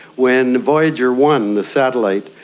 when voyager one, the satellite,